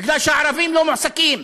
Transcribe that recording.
בגלל שהערבים לא מועסקים.